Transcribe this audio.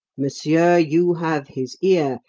monsieur, you have his ear,